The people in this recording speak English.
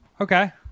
Okay